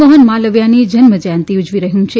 મોહન માલવીયાની જન્મજયંતી ઉજવી રહયું છે